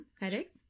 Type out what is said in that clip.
Headaches